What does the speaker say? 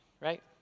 right